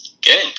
Good